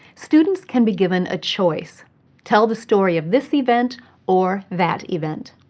students can be given a choice tell the story of this event or that event.